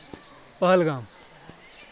Pahalgam